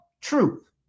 Truth